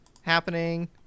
happening